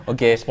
Okay